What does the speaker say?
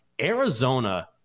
Arizona